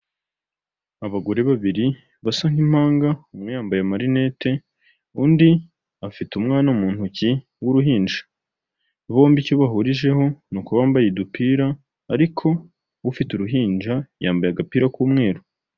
Abagore babiri basa nk'impanga umwe yambaye marinete, undi afite umwana mu ntoki w'uruhinja, bombi icyo bahurijeho ni uko bambaye udupira, ariko ufite uruhinja yambaye agapira k'umweru.